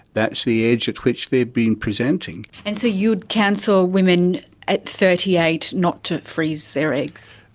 that's the age at which they've been presenting. and so you would counsel women at thirty eight not to freeze their eggs?